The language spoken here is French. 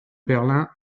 berlin